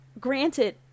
granted